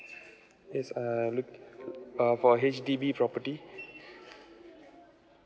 yes I'm look uh for H_D_B property